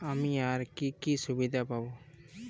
আমি আর কি কি সুবিধা পাব?